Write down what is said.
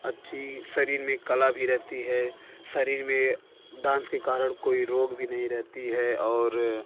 अच्छे शरीर में एक कला भी रहती है शरीर में डांस के कारण कोई रोग भी नहीं रहता है और